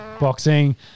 Boxing